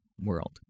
world